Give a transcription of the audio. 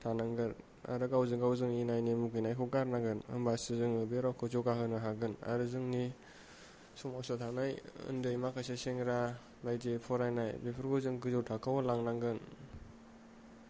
थानांगोन आरो गावजों गाव जों एना एनि मुगैनायखौ गारनांगोन होनबासो बे रावखौ जौगाहोनो हागोन आरो जोंनि समाजाव थानाय उन्दै माखासे सेंग्रा बायदि फरायनाय बेफोरखौ जों गोजौ थाखोआव लानांगोन